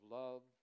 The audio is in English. love